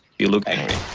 you look angry.